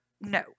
no